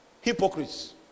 hypocrites